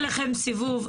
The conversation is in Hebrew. שעושות עליכן סיבוב,